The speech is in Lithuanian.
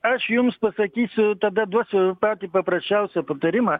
aš jums pasakysiu tada duosiu patį paprasčiausią patarimą